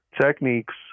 techniques